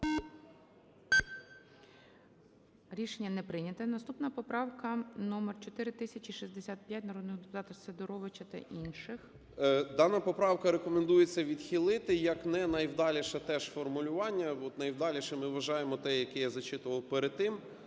Рішення не прийнято. Наступна поправка - номер 4065, народного депутата Сидоровича та інших. 16:33:36 СИДОРОВИЧ Р.М. Дану поправку рекомендується відхилити як не найвдаліше теж формулювання. Найвдалішим ми вважаємо те, яке я зачитував перед тим,